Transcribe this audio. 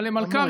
אבל הם מלכ"רים,